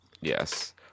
yes